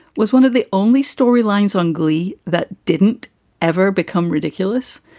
was one of the only storylines on glee that didn't ever become ridiculous.